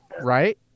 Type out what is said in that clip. Right